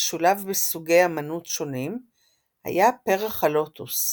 ששולב בסוגי אמנות שונים היה פרח הלוטוס,